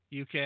UK